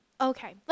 Okay